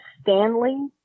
Stanley